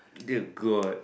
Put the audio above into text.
dear god